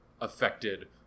affected